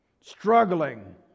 struggling